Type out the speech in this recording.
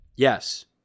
Yes